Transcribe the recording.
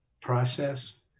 process